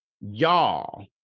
Y'all